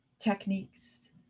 techniques